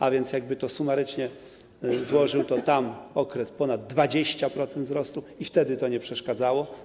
A więc jakby to sumarycznie złożyć, to w tamtym okresie było ponad 20% wzrostu i wtedy to nie przeszkadzało.